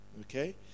Okay